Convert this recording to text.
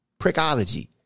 prickology